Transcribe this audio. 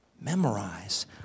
Memorize